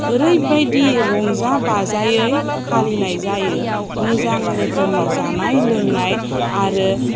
ओरैबायदि रंजा बाजायै फालिनाय जायो मोजां रोखोमनि जानाय लोंनाय आरो